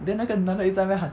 then 那个男的一直在那边喊